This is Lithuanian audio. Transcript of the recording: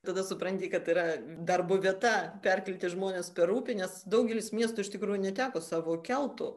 tada supranti kad yra darbo vieta perkelti žmones per upę nes daugelis miestų iš tikrųjų neteko savo keltų